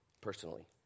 personally